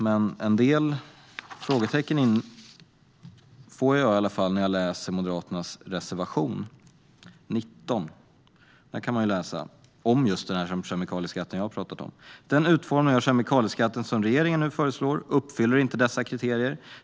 Men en del frågetecken infinner sig när jag läser Moderaternas reservation 19, där man kan läsa om just kemikalieskatten som jag har pratat om: "Den utformning av kemikalieskatten som regeringen nu föreslår uppfyller inte dessa kriterier.